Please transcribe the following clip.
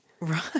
Right